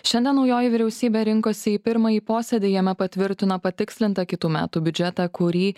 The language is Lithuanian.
šiandien naujoji vyriausybė rinkosi į pirmąjį posėdį jame patvirtino patikslintą kitų metų biudžetą kurį